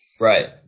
right